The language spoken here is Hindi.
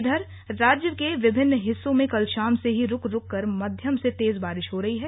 इधर राज्य के विभिन्न हिस्सों में कल शाम से ही रूक रूककर मध्यम से तेज बारिश हो रही है